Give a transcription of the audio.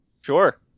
Sure